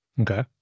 Okay